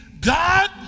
God